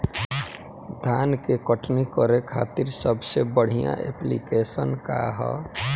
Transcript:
धान के कटनी खातिर सबसे बढ़िया ऐप्लिकेशनका ह?